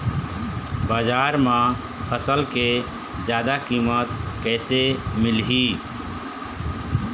बजार म फसल के जादा कीमत कैसे मिलही?